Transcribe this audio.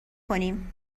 کنیم